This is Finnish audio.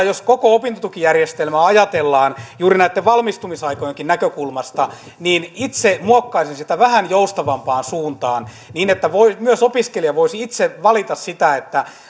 jos koko opintotukijärjestelmää ajatellaan juuri näitten valmistumisaikojenkin näkökulmasta niin itse muokkaisin sitä vähän joustavampaan suuntaan niin että myös opiskelija voisi itse valita